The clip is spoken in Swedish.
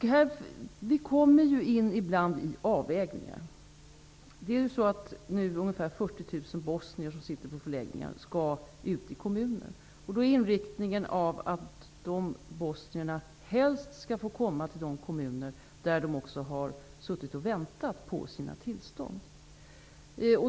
Vi kommer ibland i situationer där vi måste göra avvägningar. Ungefär 40 000 bosnier, som finns på förläggningar, skall nu placeras i olika kommuner. Inriktningen i det arbetet är då att dessa bosnier helst skall bli placerade i de kommuner där de väntat på sina tillstånd.